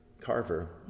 carver